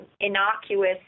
innocuous